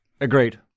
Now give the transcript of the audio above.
agreed